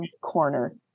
corner